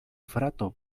frato